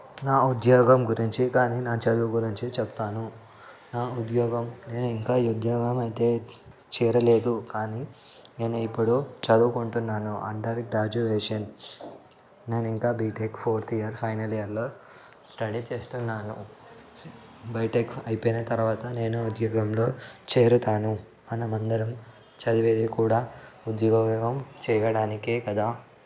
నా ఉద్యోగం గురించి కానీ నా చదువు గురించి చెప్తాను నా ఉద్యోగం నేను ఇంకా ఈ ఉద్యోగం అయితే చేరలేదు కానీ నేను ఇప్పుడు చదువుకుంటున్నాను అండర్ గ్రాడ్యుయేషన్ నేను ఇంకా బీటెక్ ఫోర్త్ ఇయర్ ఫైనల్ ఇయర్లో స్టడీ చేస్తున్నాను బీటెక్ అయిపోయిన తర్వాత నేను ఉద్యోగంలో చేరుతాను మనమందరం చదివేది కూడా ఉద్యోగం చేయడానికే కదా